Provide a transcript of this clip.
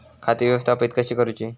खाती व्यवस्थापित कशी करूची?